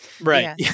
right